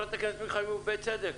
חברת הכנסת מיקי חיימוביץ' בצדק